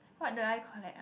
what do I collect ah